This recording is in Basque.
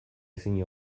ezin